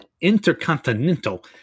intercontinental